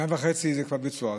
שנה וחצי זה כבר ביצוע.